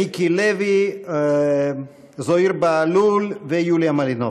מיקי לוי, זוהיר בהלול ויוליה מלינובסקי.